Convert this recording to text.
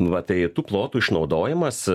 vat tai tų plotų išnaudojimas